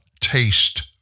taste